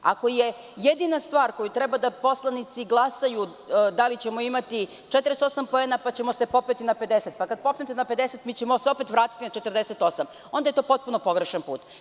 Ako je jedina stvar o kojoj poslanici treba da glasaju, da li ćemo imati 48 poena, pa ćemo se popeti na 50, pa kada popnete na 50, mi ćemo se opet vratiti na 48, onda je to potpuno pogrešan put.